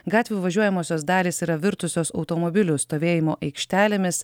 gatvių važiuojamosios dalys yra virtusios automobilių stovėjimo aikštelėmis